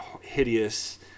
hideous